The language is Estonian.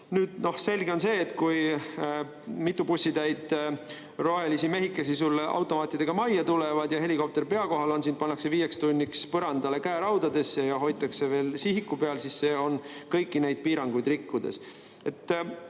alandades. Selge on see, et kui mitu bussitäit rohelisi mehikesi sulle automaatidega majja tulevad ja helikopter pea kohal on, sind pannakse viieks tunniks põrandale käeraudadesse ja hoitakse veel sihikul, siis see on kõiki neid piiranguid rikkudes.